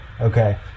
Okay